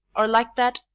or like that,